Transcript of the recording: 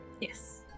Yes